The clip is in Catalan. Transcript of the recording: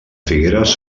figueres